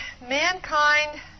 mankind